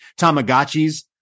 Tamagotchis